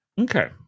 Okay